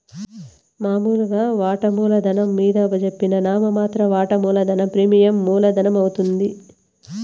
మామూలుగా వాటామూల ధనం మింద జెప్పిన నామ మాత్ర వాటా మూలధనం ప్రీమియం మూల ధనమవుద్ది